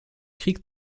krieg